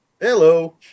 Hello